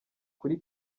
kuri